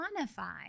quantify